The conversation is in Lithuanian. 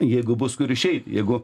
jeigu bus kur išeit jeigu